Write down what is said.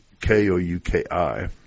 K-O-U-K-I